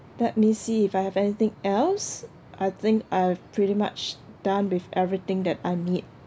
let me see if I have anything else I think I've pretty much done with everything that I need